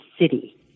city